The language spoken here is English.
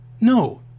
No